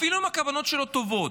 אפילו אם הכוונות שלו טובות,